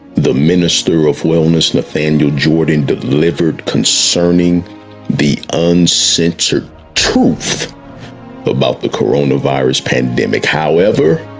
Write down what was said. the minister of wellness nathaniel jordan, delivered concerning the uncensored truth about the corona virus pandemic. however,